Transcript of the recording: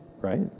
right